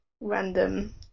random